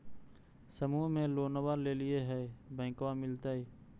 समुह मे लोनवा लेलिऐ है बैंकवा मिलतै?